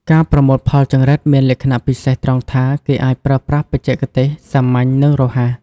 ការប្រមូលផលចង្រិតមានលក្ខណៈពិសេសត្រង់ថា គេអាចប្រើប្រាស់បច្ចេកទេសសាមញ្ញ និងរហ័ស។